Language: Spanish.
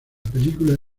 película